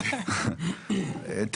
מקום ראשון בשירות אנחנו.